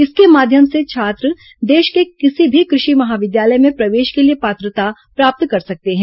इसके माध्यम से छात्र देश के किसी भी कृषि महाविद्यालय में प्रवेश के लिए पात्रता प्राप्त कर सकते हैं